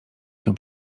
się